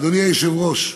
אדוני היושב-ראש,